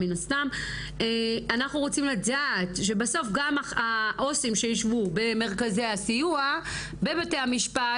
אנחנו רוצים לדעת שבסוף גם העו"סים שישבו במרכזי הסיוע בבתי המשפט,